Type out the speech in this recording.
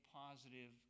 positive